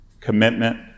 commitment